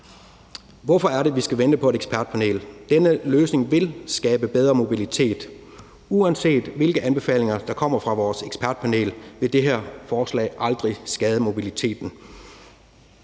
Hvorfor er det, at vi skal vente på et ekspertpanel? Denne løsning vil skabe bedre mobilitet, og uanset hvilke anbefalinger der kommer fra vores ekspertpanel, vil det her forslag aldrig skade mobiliteten.